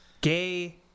Gay